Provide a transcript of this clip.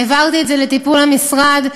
העברתי את זה לטיפול המשרד.